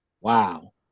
Wow